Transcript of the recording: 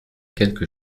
quelque